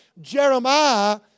Jeremiah